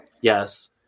Yes